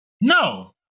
No